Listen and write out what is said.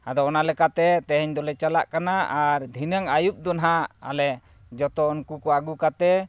ᱟᱫᱚ ᱚᱱᱟ ᱞᱮᱠᱟᱛᱮ ᱛᱮᱦᱮᱧ ᱫᱚᱞᱮ ᱪᱟᱞᱟᱜ ᱠᱟᱱᱟ ᱟᱨ ᱫᱷᱤᱱᱟᱹᱱ ᱟᱹᱭᱩᱵ ᱫᱚ ᱱᱟᱦᱟᱜ ᱟᱞᱮ ᱡᱚᱛᱚ ᱩᱱᱠᱩ ᱠᱚ ᱟᱹᱜᱩ ᱠᱟᱛᱮᱫ